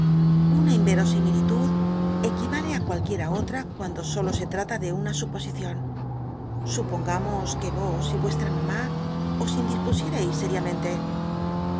una inverosimilitud equivale cualquiera otra cuando solo se trata de una suposicion supongamos que vos y vuestm mamti os indispusiemis sériamenle